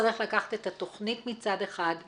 צריך לקחת את התכנית מצד אחד,